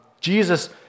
Jesus